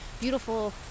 beautiful